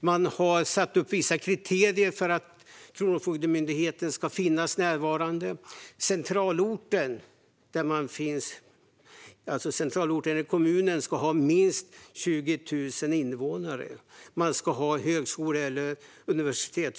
Det har satts upp vissa kriterier för att Kronofogdemyndigheten ska vara närvarande. Centralorten, kommunen, ska ha minst 20 000 invånare. Man ska ha högskola eller universitet.